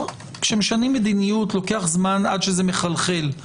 כשמשנים מדיניות, לוקח זמן עד שזה מחלחל.